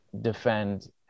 defend